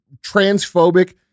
transphobic